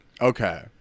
Okay